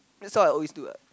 that's what I always do what